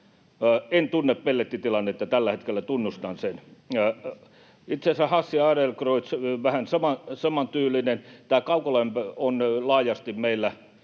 En tunne pellettitilannetta tällä hetkellä, tunnustan sen. Itse asiassa Hassilla ja Adlercreutzilla oli vähän samantyylinen. Tämä kaukolämpö on laajasti meillä